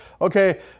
Okay